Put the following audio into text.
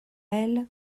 elle